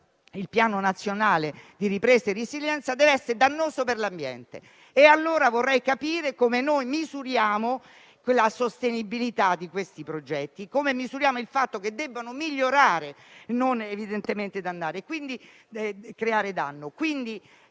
il Piano nazionale di ripresa e resilienza deve essere dannoso per l'ambiente. Allora, vorrei capire come misuriamo la sostenibilità di questi progetti; come misuriamo il fatto che debbano migliorare e non evidentemente creare danno;